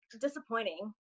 disappointing